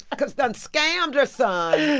cause done scammed her son,